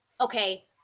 okay